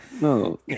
No